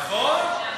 נכון, נכון.